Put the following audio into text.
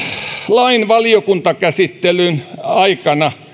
lain valiokuntakäsittelyn aikana